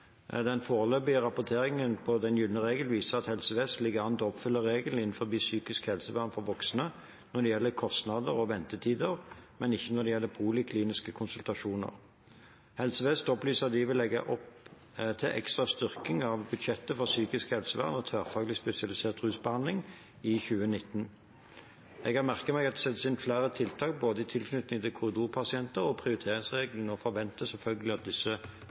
Den foreløpige rapporteringen om den gylne regel viser at Helse Vest ligger an til å oppfylle regelen innenfor psykisk helsevern for voksne når det gjelder kostnader og ventetider, men ikke når det gjelder polikliniske konsultasjoner. Helse Vest opplyser at de vil legge opp til en ekstra styrking av budsjettet for psykisk helsevern og tverrfaglig spesialisert rusbehandling i 2019. Jeg har merket meg at det settes inn flere tiltak i tilknytning til både korridorpasienter og prioriteringsregelen, og forventer selvfølgelig at disse